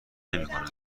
نمیکنند